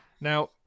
now